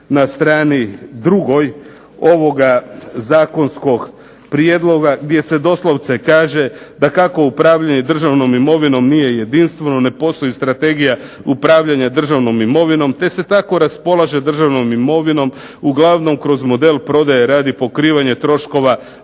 na strani drugoj ovoga zakonskog prijedloga gdje se doslovce kaže da kako upravljanje državnom imovinom nije jedinstveno, ne postoji Strategija upravljanja državnom imovinom, te se tako raspolaže državnom imovinom uglavnom kroz model prodaje radi pokrivanja troškova,